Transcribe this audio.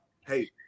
hey